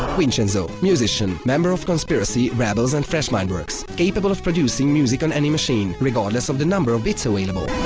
vincenzo. musician, member of conspiracy, rebels and fresh mindworkz. capable of producing music on any machine, regardless of the number of bits available.